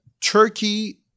Turkey